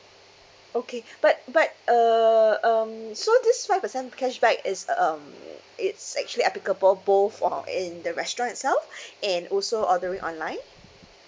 okay but but uh um so this five percent cashback is um it's actually applicable both or in the restaurant itself and also ordering online